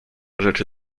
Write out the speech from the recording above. rzeczy